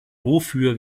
wofür